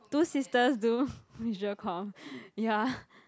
two sisters do visual comm ya